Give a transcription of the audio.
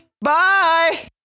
Bye